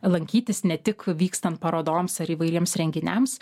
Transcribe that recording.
lankytis ne tik vykstant parodoms ar įvairiems renginiams